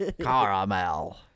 Caramel